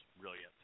brilliant